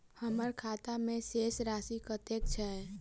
हम्मर खाता मे शेष राशि कतेक छैय?